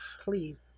please